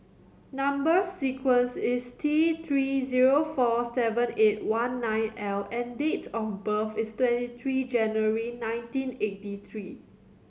number sequence is T Three zero four seven eight one nine L and date of birth is twenty three January nineteen eighty three